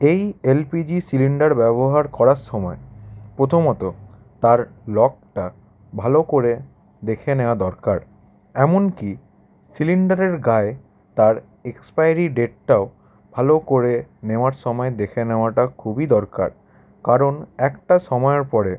এই L P G cylinder ব্যবহার করার সমায় প্রথমত তার লকটা ভালো করে দেখে নেওয়া দরকার এমন কি সিলিন্ডারের গায়ে তার এক্সপায়ারি ডেটটাও ভালো করে নেওয়ার সমায় দেখে নেওয়াটা খুবই দরকার কারণ একটা সমায়ের পরে